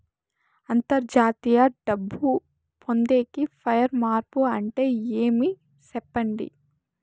అంతర్జాతీయ డబ్బు పొందేకి, వైర్ మార్పు అంటే ఏమి? సెప్పండి?